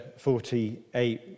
48